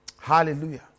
hallelujah